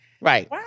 Right